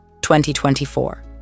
2024